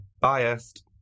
Biased